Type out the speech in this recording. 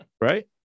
right